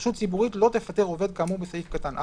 (1)רשות ציבורית לא תפטר עובד כאמור בסעיף קטן (א)